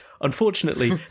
Unfortunately